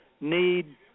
need